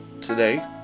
today